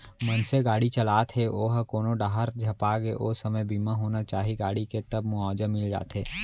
मनसे गाड़ी चलात हे ओहा कोनो डाहर झपागे ओ समे बीमा होना चाही गाड़ी के तब मुवाजा मिल जाथे